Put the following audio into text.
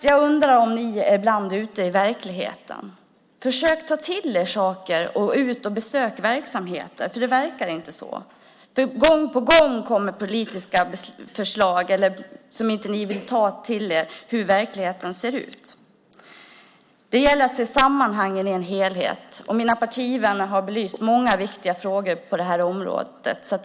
Jag undrar ibland om ni är ute i verkligheten. Försök ta till er saker och gå ut och besök verksamheter. Det verkar som om ni inte gör det. Gång på gång kommer politiska förslag där ni inte vill ta till er hur verkligheten ser ut. Det gäller att se sammanhangen i en helhet. Mina partivänner har belyst många viktiga frågor på det här området.